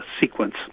sequence